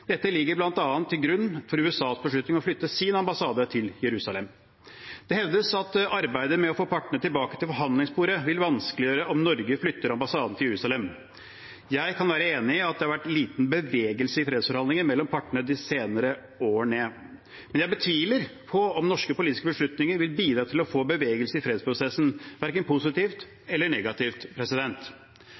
Dette ligger bl.a. til grunn for USAs beslutning om å flytte sin ambassade til Jerusalem. Det hevdes at arbeidet med å få partene tilbake til forhandlingsbordet vil vanskeliggjøres om Norge flytter ambassaden til Jerusalem. Jeg kan være enig i at det har vært liten bevegelse i fredsforhandlinger mellom partene de senere årene, men jeg betviler at norske politiske beslutninger vil bidra til å få bevegelse i fredsprossen – verken positivt eller negativt.